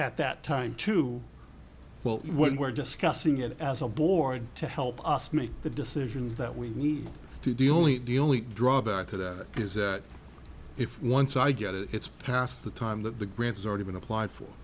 at that time to well what we're discussing it as a board to help us make the decisions that we need to the only the only drawback to that is if once i get it it's past the time that the grants already been applied for